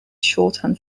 shorthand